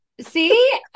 see